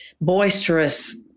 boisterous